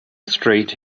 street